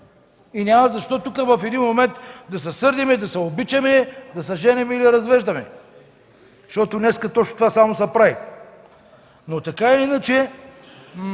И няма защо тук в един момент да се сърдим, да се обичаме, да се женим или развеждаме. Защото днес точно това се прави. Така или иначе